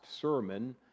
sermon